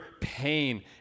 pain